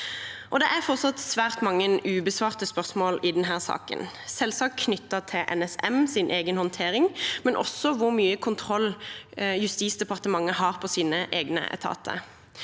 Det er fortsatt svært mange ubesvarte spørsmål i denne saken – selvsagt knyttet til NSMs egen håndtering, men også til hvor mye kontroll Justisdepartementet har på sine egne etater.